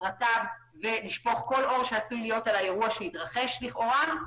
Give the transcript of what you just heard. פרטיו ולשפוך כל אור שעשוי להיות על האירוע שהתרחש לכאורה,